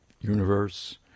universe